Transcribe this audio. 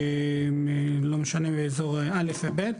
לא משנה אזור א' וב',